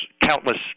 countless